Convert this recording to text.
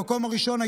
המקום הראשון,